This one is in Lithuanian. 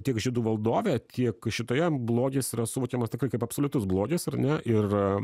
tiek žiedų valdove tiek šitoje blogis yra suvokiamas kaip absoliutus blogis ar ne ir